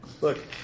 Look